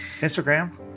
Instagram